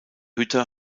hütte